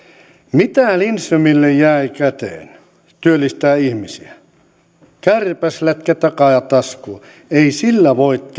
mitä lindströmille jäi käteen työllistää ihmisiä kärpäslätkä takataskuun ei sillä voi